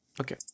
okay